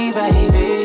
baby